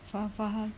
faham faham